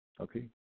Okay